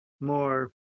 more